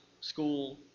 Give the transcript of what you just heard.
school